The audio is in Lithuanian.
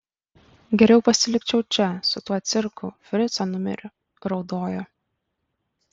geriau pasilikčiau čia su tuo cirku frico numeriu raudojo